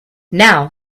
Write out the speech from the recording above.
now